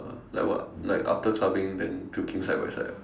like what like after clubbing then puking side by side ah